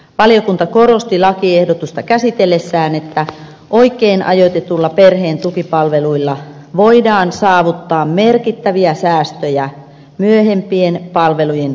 valiokunta korosti lakiehdotusta käsitellessään että oikein ajoitetuilla perheen tukipalveluilla voidaan saavuttaa merkittäviä säästöjä myöhempien palvelujen kustannuksissa